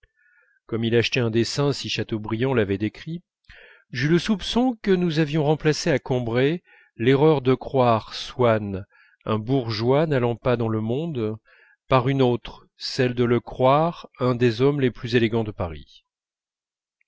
j'eus le soupçon que nous avions remplacé à combray l'erreur de croire swann un bourgeois n'allant pas dans le monde par une autre celle de le croire un des hommes les plus élégants de paris